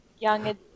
young